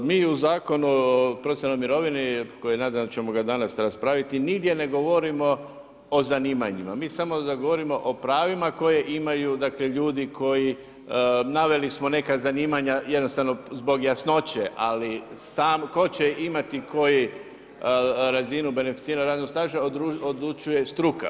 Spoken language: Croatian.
Hvala lijepo, mi u Zakonu o profesionalnoj mirovini, koji nadam se da ćemo ga danas raspravljati, nigdje ne govorimo o zanimanjima, mi samo da govorimo o pravima koje imaju, dakle, ljudi, koji naveli smo neka zanimanja, jednostavno, zbog jasnoće, ali sam, tko će imati koji razinu beneficiranog radnog staža, odlučuje struka.